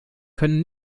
können